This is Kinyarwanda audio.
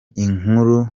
inkuru